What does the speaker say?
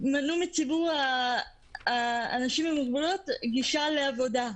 מנעו מציבור האנשים עם מוגבלות גישה לעבודה.